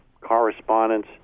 correspondence